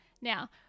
Now